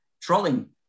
trolling